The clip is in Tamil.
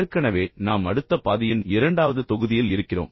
ஏற்கனவே நாம் அடுத்த பாதியின் இரண்டாவது தொகுதியில் இருக்கிறோம்